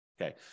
Okay